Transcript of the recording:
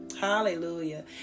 Hallelujah